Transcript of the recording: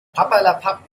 papperlapapp